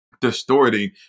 distorting